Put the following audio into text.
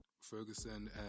Ferguson